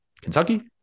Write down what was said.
kentucky